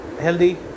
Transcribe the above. healthy